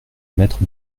maître